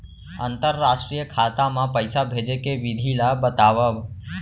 अंतरराष्ट्रीय खाता मा पइसा भेजे के विधि ला बतावव?